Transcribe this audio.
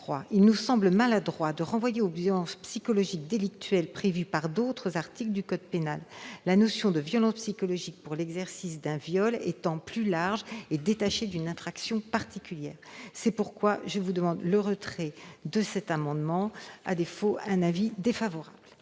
il nous semble maladroit de renvoyer aux violences psychologiques délictuelles prévues par d'autres articles du code pénal, la notion de violence psychologique pour l'exercice d'un viol étant plus large et détachée d'une attraction particulière. C'est pourquoi je vous demande de bien vouloir retirer votre amendement, ma chère